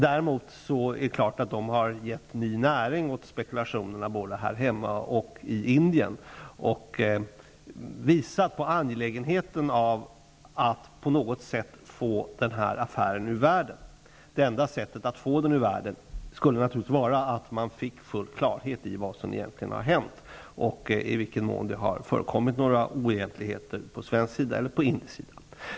Däremot är det klart att de har gett ny näring åt spekulationerna både här hemma och i Indien och visat på angelägenheten av att på något sätt få affären ur världen. Det enda sättet att få den ur världen är naturligtvis att man skulle få full klarhet i vad som egentligen har hänt och i vilken mån det har förekommit oegentligheter på svensk eller indisk sida.